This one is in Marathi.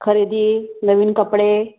खरेदी नवीन कपडे